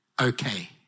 okay